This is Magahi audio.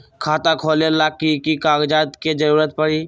खाता खोले ला कि कि कागजात के जरूरत परी?